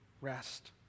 rest